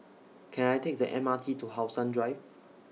Can I Take The M R T to How Sun Drive